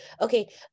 Okay